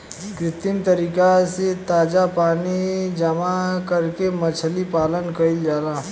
कृत्रिम तरीका से ताजा पानी जामा करके मछली पालन कईल जाला